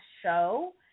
show